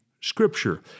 Scripture